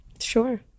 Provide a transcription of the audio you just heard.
Sure